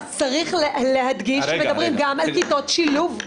אז צריך להדגיש שמדברים גם על כיתות שילוב.